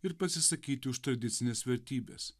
ir pasisakyti už tradicines vertybes